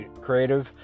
Creative